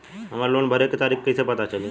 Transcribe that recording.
हमरे लोन भरे के तारीख कईसे पता चली?